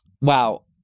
Wow